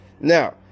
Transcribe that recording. now